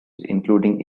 including